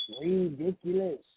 Ridiculous